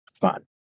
fun